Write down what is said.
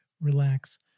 relax